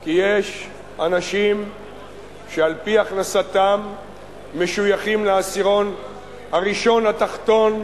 כי יש אנשים שעל-פי הכנסתם משויכים לעשירון הראשון התחתון,